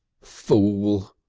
fool,